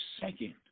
second